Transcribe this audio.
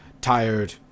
tired